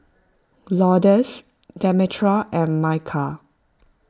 Lourdes Demetra and Mychal